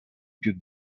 più